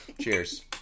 Cheers